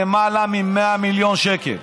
למעלה מ-100 מיליון שקל.